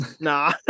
nah